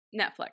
Netflix